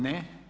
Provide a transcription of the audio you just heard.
Ne.